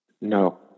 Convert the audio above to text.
No